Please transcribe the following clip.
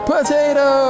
Potato